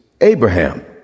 abraham